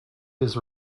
his